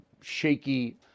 shaky